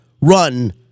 run